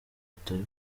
utari